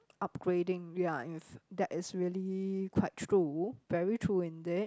upgrading ya it's that is really quite true very true indeed